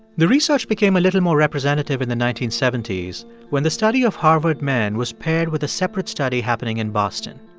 the research became a little more representative in the nineteen seventy s when the study of harvard men was paired with a separate study happening in boston.